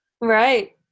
Right